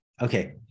Okay